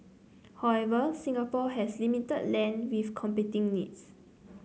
however Singapore has limited land with competing needs